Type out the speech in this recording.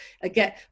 again